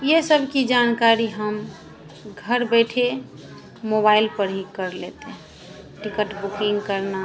ये सब की जानकारी हम घर बैठे मोबाईल पर ही कर लेते हैं टिकट बुकिंग करना